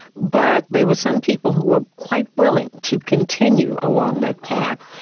but there were some people who were quite willing to continue along that path.